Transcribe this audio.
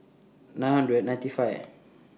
nine hundred ninety five